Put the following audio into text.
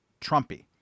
Trumpy